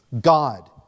God